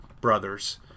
brothers